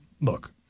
Look